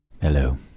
Hello